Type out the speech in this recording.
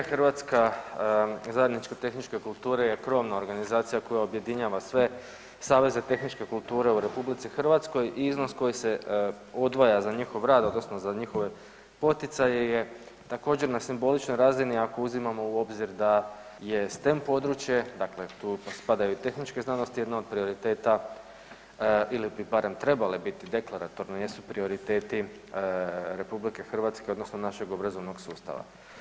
Hrvatska zajednica tehničke kulture je krovna organizacija koja objedinjava sve saveze tehničke kulture u RH i iznos koji se odvaja za njih rad, odnosno za njihove poticaje je također, na simboličnoj razini, ako uzimamo u obzir da je STEM područje, dakle tu spadaju i tehničke znanosti, jedna od prioriteta ili bi barem trebale biti, deklaratorno jesu prioriteti RH, odnosno našeg obrazovnog sustava.